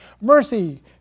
mercy